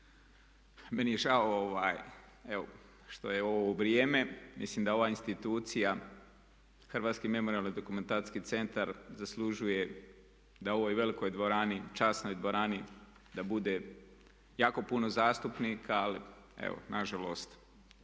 Meni je žao što je ovo vrijeme, mislim da ova institucija Hrvatski memorijalno-dokumentacijski centar zaslužuje da u ovoj velikoj, časnoj dvorani da bude jako puno zastupnika ali evo nažalost